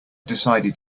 decided